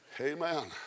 Amen